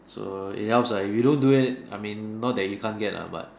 so it helps lah if you don't do it I mean not that you can't get lah but